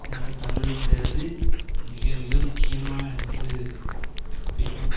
அதனால தமிழ்ங்கிறது மிக மிக முக்கியமாக எனக்கு வந்து பிடிக்கும்